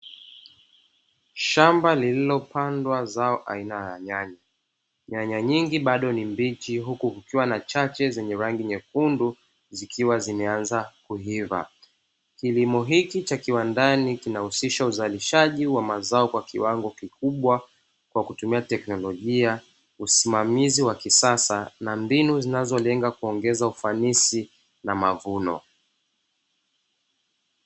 Shamba lililopandwa zao aina ya nyanya, nyanya nyingi bado ni mbichi huku kukiwa na chache zenye rangi nyekundu zikiwa zimeanza kuiva. Kilimo hichi cha kiwandani kinahusisha uzalishaji wa mazao kwa kiwango kikubwa kwa kutumia teknolojia, usimamizi wa kisasa na mbinu zinazolenga kuongeza ufanisi na mavuno.